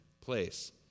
place